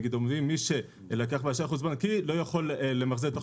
נגיד אומרים מי שלקח באשראי חוץ בנקאי לא יכול למחזר לתוך